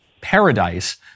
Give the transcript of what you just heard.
paradise